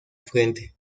frente